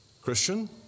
Christian